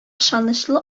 ышанычлы